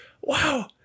Wow